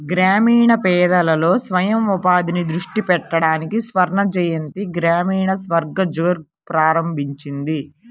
గ్రామీణ పేదలలో స్వయం ఉపాధిని దృష్టి పెట్టడానికి స్వర్ణజయంతి గ్రామీణ స్వరోజ్గార్ ప్రారంభించింది